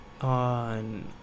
on